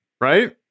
Right